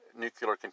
nuclear